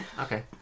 Okay